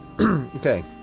Okay